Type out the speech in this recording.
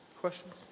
questions